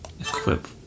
equip